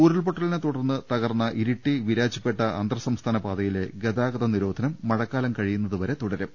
ഉരുൾപ്പൊട്ടലിനെ തുടർന്ന് തകർന്ന ഇരിട്ടി വീരാജ്പേട്ട അന്തർ സംസ്ഥാന പാതയിലെ ഗതാഗത നിരോധനം മഴക്കാലം കഴിയും വരെ തുടരും